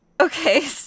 Okay